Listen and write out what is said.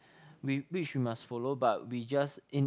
we which we must follow but we just